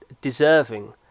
deserving